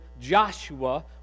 Joshua